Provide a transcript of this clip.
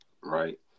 Right